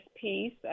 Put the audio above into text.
piece